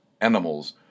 animals